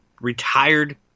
retired